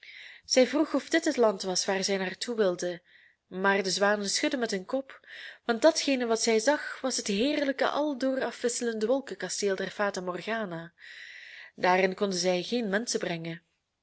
zij vroeg of dit het land was waar zij naar toe wilden maar de zwanen schudden met hun kop want datgene wat zij zag was het heerlijke aldoor afwisselende wolkenkasteel der fata morgana daarin konden zij geen menschen brengen